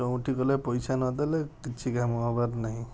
ଯେଉଁଠି ଗଲେ ପଇସା ନଦେଲେ କିଛି କାମ ହେବାର ନାହିଁ